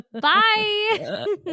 bye